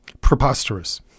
preposterous